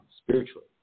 spiritually